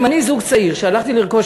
אם אני זוג צעיר שהלכתי לרכוש,